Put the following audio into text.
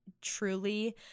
truly